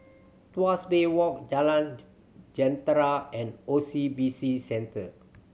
Tuas Bay Walk Jalan Jentera and O C B C Centre